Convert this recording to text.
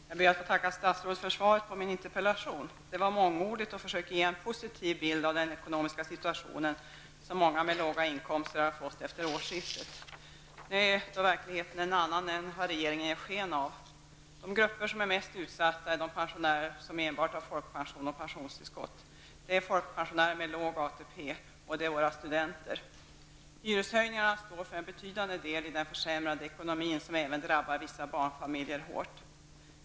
Herr talman! Jag ber att få tacka statsrådet för svaret på min interpellation. Det var mångordigt och försöker ge en positiv bild av den ekonomiska situation som många med låga inkomster har fått efter årsskiftet. Nu är dock verkligheten en annan än vad regeringen ger sken av. De grupper som är mest utsatta är de pensionärer som enbart har folkpension och pensionstillskott, det är folkpensionärer med låg ATP och det är våra studenter. Hyreshöjningarna står för en betydande del i den försämrade ekonomin, som även drabbar vissa barnfamiljer hårt.